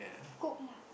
cook lah